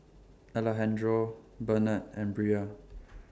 Alejandro Benard and Bria